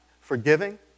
forgiving